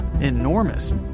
Enormous